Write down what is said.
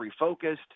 refocused